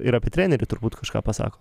ir apie trenerį turbūt kažką pasako